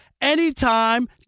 anytime